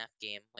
game